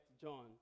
John